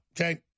okay